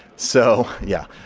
so, yeah.